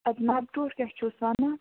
اَدٕ نَبہٕ ٹوٹھ کیٛاہ چھُس وَنان